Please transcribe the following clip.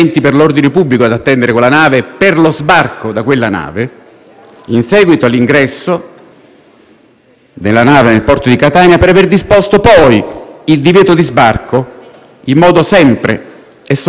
quella nave), per aver disposto il divieto di sbarco in modo sempre e soltanto informale. L'intervento del Presidente del Consiglio rende chiaro